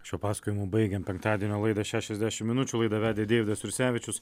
šiuo pasakojimu baigiam penktadienio laidą šešiasdešimt minučių laidą vedė deividas jursevičius